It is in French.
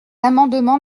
amendement